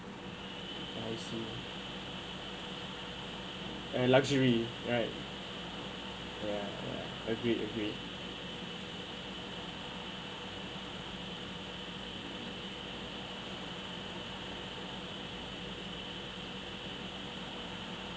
I see and luxury right ya ya agree agree